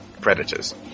Predators